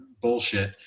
bullshit